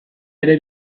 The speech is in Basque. ere